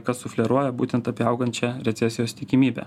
kas sufleruoja būtent apie augančią recesijos tikimybę